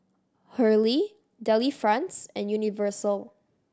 Hurley Delifrance and Universal